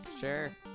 sure